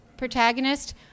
protagonist